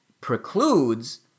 precludes